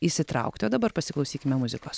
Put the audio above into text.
įsitraukti o dabar pasiklausykime muzikos